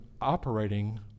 operating